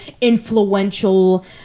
influential